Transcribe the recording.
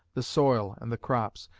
the soil and the crops,